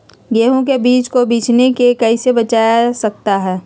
गेंहू के बीज को बिझने से कैसे बचाया जा सकता है?